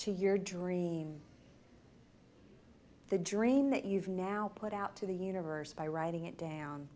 to your dream the dream that you've now put out to the universe by writing it down